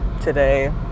today